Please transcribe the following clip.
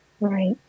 Right